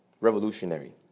revolutionary